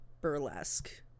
burlesque